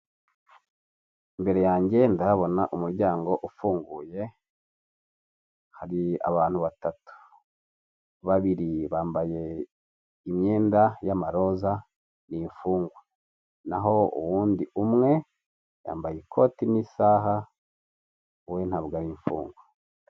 Imbere yanjye ndahabona umuryango ufunguye, hari abantu batatu babiri bambaye imyenda y'amaroza ni'imfungwa, nah'undi umwe yambaye ikoti n'isaha we ntabwaho imfungwa.